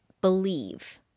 believe